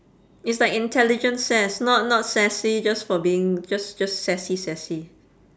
it's like intelligent sass not not sassy just for being just just sassy sassy